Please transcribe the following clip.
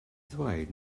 ddweud